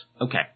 Okay